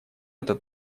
этот